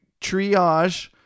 triage